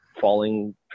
falling